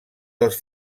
dels